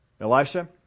Elisha